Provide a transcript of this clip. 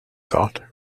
thought